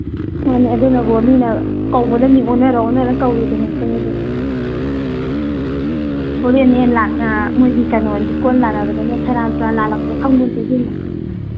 ꯃꯥꯅꯤ ꯑꯗꯨꯅꯕꯨ ꯃꯤꯅ ꯀꯧꯕꯗ ꯃꯤꯡ ꯑꯣꯟꯅꯔ ꯑꯣꯟꯅꯔꯒ ꯀꯧꯔꯤꯗꯨꯅꯤ ꯑꯩꯈꯣꯏ ꯑꯅꯤꯗꯤ ꯍꯣꯔꯦꯟꯅꯦ ꯃꯈꯤꯏꯒꯤ ꯂꯤꯛꯀꯣꯟ ꯂꯥꯟꯅꯕꯗꯅꯦ ꯁꯦꯔꯥꯟ ꯇꯨꯔꯥꯟ ꯂꯥꯜꯂꯛꯄ꯭ꯔꯥ ꯈꯪꯄꯣꯟꯇꯦ ꯏꯕꯦꯝꯃ